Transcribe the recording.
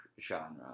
genre